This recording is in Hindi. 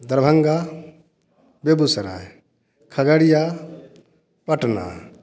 दरभंगा बेगुसराय खगड़िया पटना